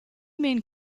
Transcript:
main